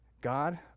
God